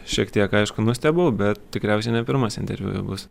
šiek tiek aišku nustebau bet tikriausiai ne pirmas interviu jau bus